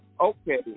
Okay